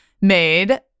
made